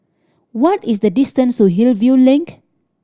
what is the distance to Hillview Link